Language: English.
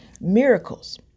miracles